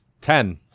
Ten